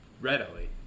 readily